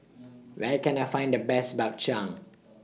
Where Can I Find The Best Bak Chang